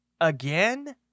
Again